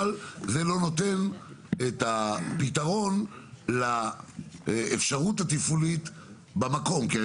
אבל זה לא נותן את הפתרון לאפשרות התפעולית במקום כי הרי